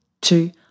two